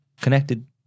Connected